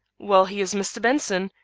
well, he is mr. benson,